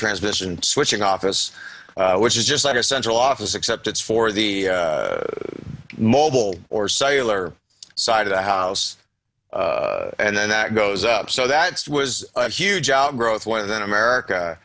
transmission switching office which is just like a central office except it's for the mobile or sailor side of the house and then that goes up so that was a huge outgrowth lower than america